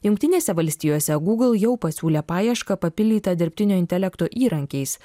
jungtinėse valstijose google jau pasiūlė paiešką papildytą dirbtinio intelekto įrankiais